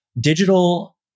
digital